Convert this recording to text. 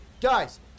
Guys